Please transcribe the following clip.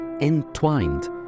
entwined